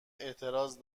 اعتراض